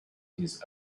his